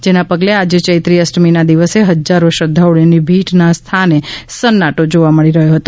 જેનાં પગલેં આજે ચૈત્રી અષ્ટમી નાં દિવસે હજ્જારો શ્રદ્ધાળુંઓ ની ભીડ નાં સ્થાને સન્નાટો જોવા મળી રહ્યો છે